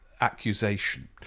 accusation